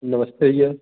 नमस्ते भैया